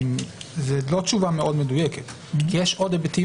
זו לא תשובה מאוד מדויקת כי יש עוד היבטים